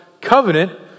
covenant